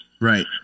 Right